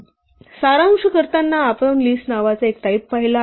सारांश करताना आपण आता लिस्ट नावाचा एक नवीन टाईप पाहिला आहे